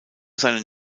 seinen